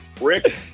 Rick